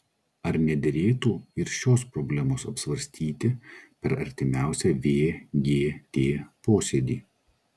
ar nederėtų ir šios problemos apsvarstyti per artimiausią vgt posėdį